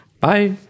Bye